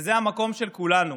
וזה המקום של כולנו